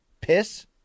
piss